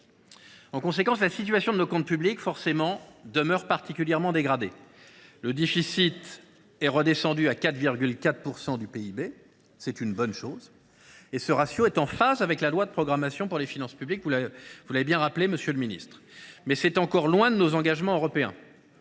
En conséquence, la situation de nos comptes publics demeure particulièrement dégradée. Le déficit est redescendu à 4,4 % du PIB ; c’est une bonne chose. Ce ratio est en phase avec la loi de programmation des finances publiques, comme le ministre l’a rappelé, mais il est encore loin de nos engagements européens.